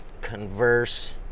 converse